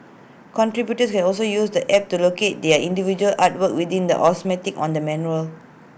contributors can also use the app to locate their individual artwork within the on the mural